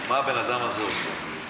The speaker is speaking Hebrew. מה הבן-אדם הזה עושה.